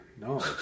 No